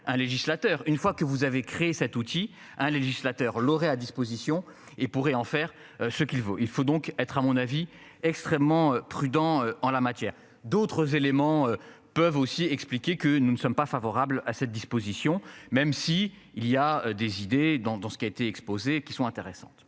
un législateur une fois que vous avez créé cet outil un législateur lauréat disposition et pourrait en faire ce qu'il faut, il faut donc être à mon avis, extrêmement prudent en la matière. D'autres éléments peuvent aussi expliquer que nous ne sommes pas favorables à cette disposition, même si il y a des idées dans dans ce qui a été exposés qui sont intéressantes.